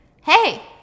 hey